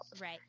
right